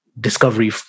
discovery